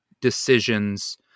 decisions